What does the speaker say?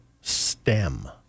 stem